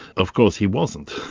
of course he wasn't.